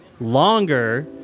longer